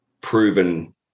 proven